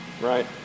right